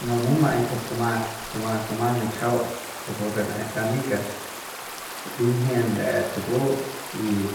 un numa'ai kujup kuma kuma kuma nichajau rapu re lejei kanikas limjien l'et kupu y